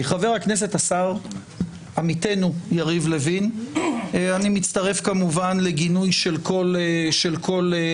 חבר הכנסת השר עמיתנו יריב לוין אני מצטרף כמובן לגינוי של כל הסתה,